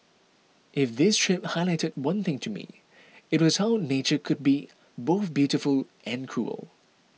if this trip highlighted one thing to me it was how nature could be both beautiful and cruel